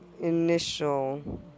initial